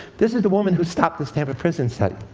this is the woman who stopped the stanford prison study.